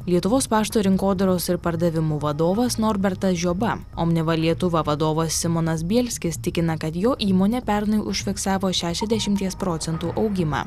lietuvos pašto rinkodaros ir pardavimų vadovas norbertas žioba omniva lietuva vadovas simonas bielskis tikina kad jo įmonė pernai užfiksavo šešiasdešimties procentų augimą